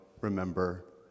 remember